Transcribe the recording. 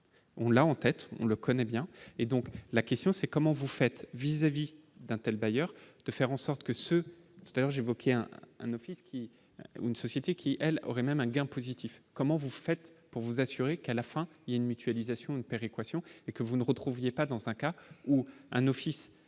On l'a en tête, on le connaît bien, et donc la question c'est : comment vous faites vis-à-vis d'Intel bailleurs de faire en sorte que ce c'est-à-dire j'évoquais un un office qui est une société qui elle aurait même un gain positif, comment vous faites pour vous assurer qu'à la fin il y a une mutualisation une péréquation et que vous ne retrouviez pas dans un cas où un office.